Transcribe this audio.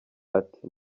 ati